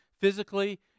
physically